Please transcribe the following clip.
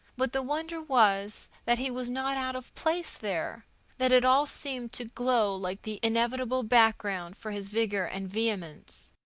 but the wonder was that he was not out of place there that it all seemed to glow like the inevitable background for his vigor and vehemence.